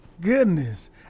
Goodness